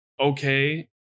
Okay